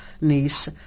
niece